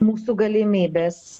mūsų galimybes